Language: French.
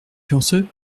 pionceux